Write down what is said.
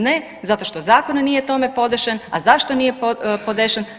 Ne, zato što zakon nije tome podešen, a zašto nije podešen?